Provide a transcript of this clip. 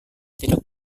tidak